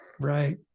right